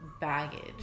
baggage